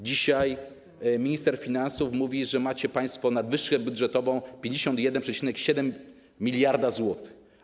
Dzisiaj minister finansów mówi, że macie państwo nadwyżkę budżetową 51,7 mld zł.